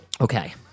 Okay